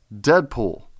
Deadpool